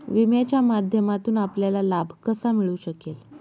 विम्याच्या माध्यमातून आपल्याला लाभ कसा मिळू शकेल?